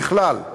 ככלל,